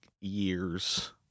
years